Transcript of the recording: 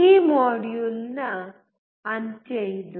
ಈ ಮಾಡ್ಯೂಲ್ನ ಅಂತ್ಯ ಇದು